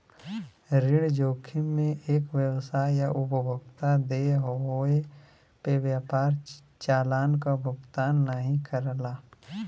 ऋण जोखिम में एक व्यवसाय या उपभोक्ता देय होये पे व्यापार चालान क भुगतान नाहीं करला